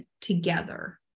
together